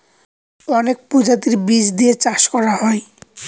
অনেক প্রজাতির বীজ দিয়ে চাষ করা হয়